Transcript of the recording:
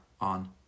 on